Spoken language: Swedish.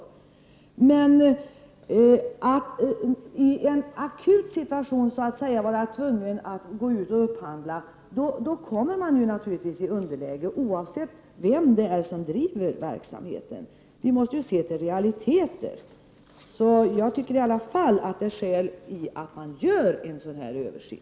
Om man i en akut situation är tvungen att gå ut och upphandla kommer man naturligtvis i underläge, oavsett vem som driver verksamheten. Vi måste se till realiteter. Jag tycker i alla fall att det är skäl i att göra en sådan här översyn.